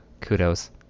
kudos